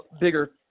bigger